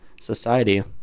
society